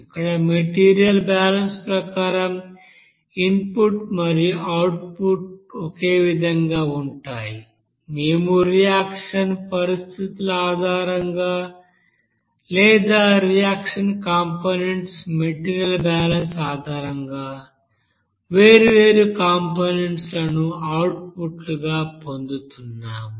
ఇక్కడ material balance ప్రకారం input మరియు అవుట్పుట్ ఒకే విధంగా ఉంటాయి మేము రియాక్షన్ పరిస్థితుల ఆధారంగా లేదా రియాక్షన్ కాంపోనెంట్ మెటీరియల్ బ్యాలెన్స్ ఆధారంగా వేర్వేరు కంపోనెంట్స్ లను అవుట్పుట్లుగా పొందుతున్నాము